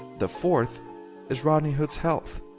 the fourth is rodney hood's health.